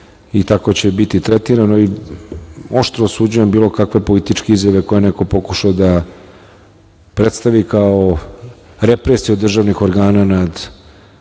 i tako će biti i tretirano. Oštro osuđujem bilo kakve političke izjave koje je neko pokušao da predstavi kao represiju državnih organa nad